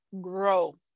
grow